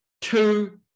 Two